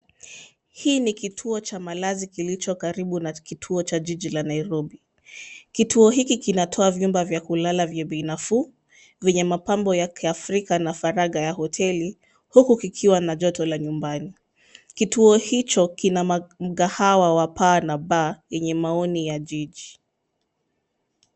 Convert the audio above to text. Hii ni kituo cha malazi kilicho karibu na kituo cha jiji la Nairobi. Kituo hiki kinatoa vyumba vya kulala vya bei nafuu kwenye mapambo ya kiafrika na faraga ya hoteli huku kikiwa na joto la nyumbani. Kituo hicho kina mkahawa wa paa na Bar yenye maoni ya jiji.